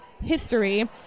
history